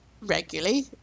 regularly